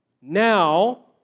Now